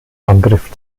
angriff